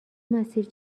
مسیر